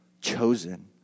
chosen